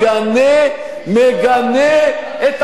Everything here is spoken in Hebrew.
מגנה את החרפה הזאת.